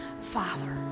Father